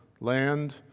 land